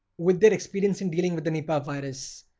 with their experience in dealing with the nipah virus,